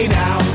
now